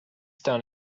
done